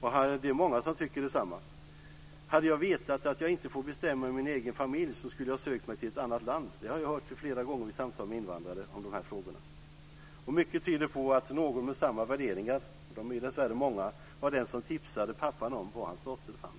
Och det är många som tycker detsamma. Hade jag vetat att jag inte får bestämma över min egen familj så skulle jag ha sökt mig till ett annat land - det har jag hört flera gånger vid samtal med invandrare om de här frågorna. Mycket tyder på att någon med samma värderingar - de är ju dessvärre många - var den som tipsade pappan om var hans dotter fanns.